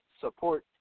support